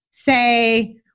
Say